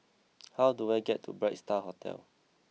how do I get to Bright Star Hotel